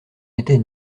étais